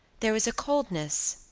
there was a coldness,